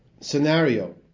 scenario